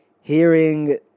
hearing